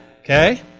Okay